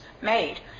made